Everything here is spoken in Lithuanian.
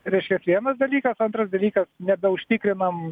reiškias vienas dalykas antras dalykas nebeužtikrinam